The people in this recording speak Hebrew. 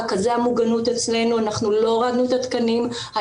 אנחנו לא הורדנו את התקנים של רכזי המוגנות.